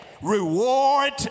reward